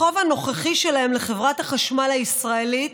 החוב הנוכחי שלהם לחברת החשמל הישראלית